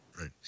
Right